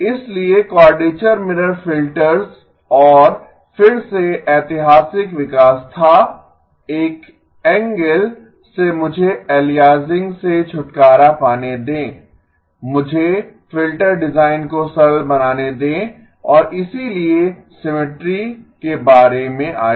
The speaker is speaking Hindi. इसलिए क्वाडरेचर मिरर फिल्टर्स और फिर से ऐतिहासिक विकास था एक एंगल से मुझे एलाइज़िंग से छुटकारा पाने दें मुझे फ़िल्टर डिज़ाइन को सरल बनाने दें और इसीलिए सिमिट्री के बारे में आया